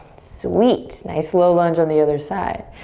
sweet. nice low lunge on the other side.